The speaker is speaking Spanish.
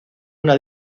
una